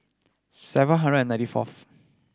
seven hundred and ninety fourth